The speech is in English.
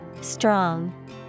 Strong